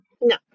No